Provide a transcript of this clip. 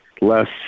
less